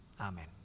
Amen